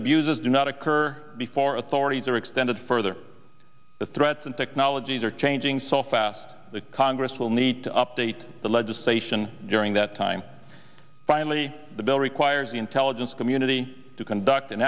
abuses do not occur before authorities are extended further the threats and technologies are changing so fast that congress will need to update the legislation during that time finally the bill requires the intelligence community to conduct an